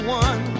one